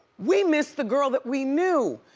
we missed the girl that we knew.